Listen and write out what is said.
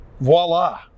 Voila